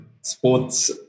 sports